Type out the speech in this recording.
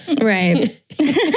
Right